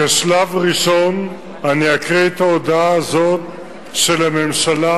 כשלב ראשון אני אקרא את ההודעה הזאת של הממשלה,